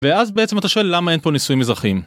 ואז בעצם אתה שואל למה אין פה ניסויים מזרחיים.